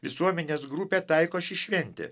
visuomenės grupę taiko ši šventė